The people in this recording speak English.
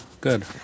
Good